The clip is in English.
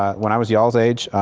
when i was y'alls age,